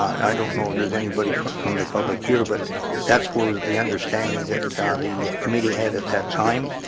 i don't know there's anybody from from the public here but that's what was the understanding that ah the committee had at that time